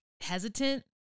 hesitant